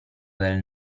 del